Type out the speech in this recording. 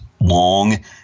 long